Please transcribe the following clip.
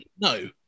no